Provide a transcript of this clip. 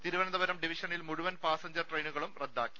തിരുവനന്തപുരം ഡിവിഷനിൽ മുഴുവൻ പാസഞ്ചർ ട്രയിനുകളും റദ്ദാക്കി